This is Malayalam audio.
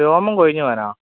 രോമം കൊഴിഞ്ഞു പോവാനോ